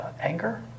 anger